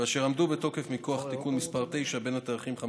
ואשר עמדו בתוקף מכוח תיקון מס' 9 בין התאריכים 15